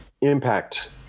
impact